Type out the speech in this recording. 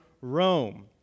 Rome